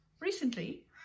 Recently